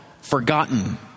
forgotten